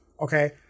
okay